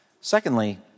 Secondly